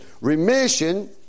Remission